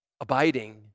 Abiding